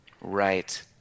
right